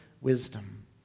wisdom